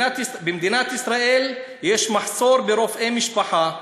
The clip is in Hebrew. במדינת ישראל יש מחסור ברופאי משפחה,